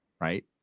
right